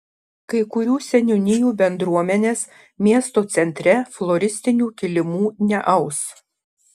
kai kurių seniūnijų bendruomenės miesto centre floristinių kilimų neaus